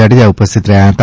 જાડેજા ઉપસ્થિત રહ્યા હતા